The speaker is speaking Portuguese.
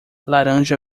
laranja